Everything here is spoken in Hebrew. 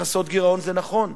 לכסות גירעון זה נכון,